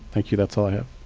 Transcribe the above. thank you. that's all i have.